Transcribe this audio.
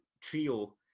trio